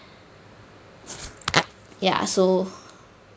ya so